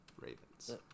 Ravens